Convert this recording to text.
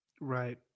Right